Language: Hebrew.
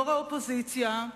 יושבת-ראש האופוזיציה,